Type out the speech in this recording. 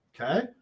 okay